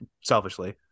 selfishly